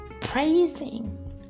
praising